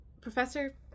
Professor